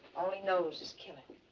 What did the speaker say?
all he knows is killing.